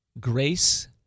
grace